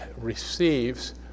receives